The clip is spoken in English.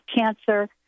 cancer